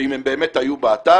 ואם הם באמת היו באתר.